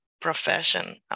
profession